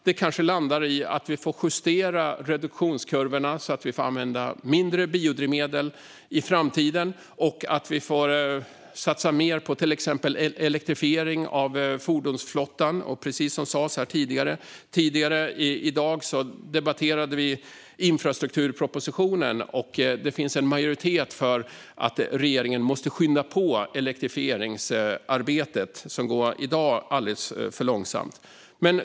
Det kanske landar i att vi får justera reduktionskurvorna så att vi får använda mindre biodrivmedel i framtiden och satsa mer på till exempel elektrifiering av fordonsflottan. Tidigare i dag debatterade vi infrastrukturpropositionen. Det finns en majoritet för att regeringen ska skynda på elektrifieringsarbetet, som i dag går alldeles för långsamt.